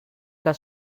que